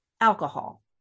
alcohol